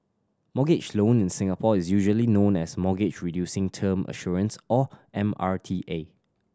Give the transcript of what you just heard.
mortgage loan in Singapore is usually known as Mortgage Reducing Term Assurance or M R T A